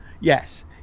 Yes